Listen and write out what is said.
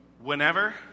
Whenever